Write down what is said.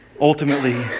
ultimately